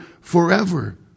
forever